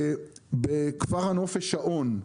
בכפר הנופש האון,